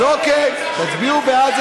אז אוקיי, תצביעו בעד.